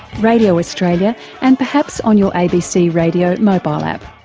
radio australia and perhaps on your abc radio mobile app.